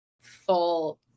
full